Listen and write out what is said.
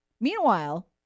Meanwhile